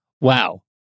Wow